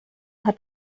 hat